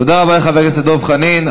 תודה רבה לחבר הכנסת דב חנין.